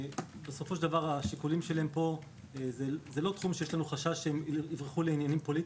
בסופו של דבר זה לא תחום שיש חשש של שיקול פוליטי,